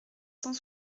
cent